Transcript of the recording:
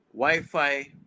wi-fi